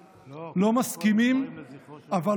לא כל האופוזיציה אותו דבר: יהדות התורה מגיעה לוועדות ועובדת,